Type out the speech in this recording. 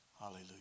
Hallelujah